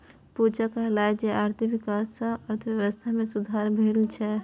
पूजा कहलकै जे आर्थिक बिकास सँ अर्थबेबस्था मे सुधार भेल छै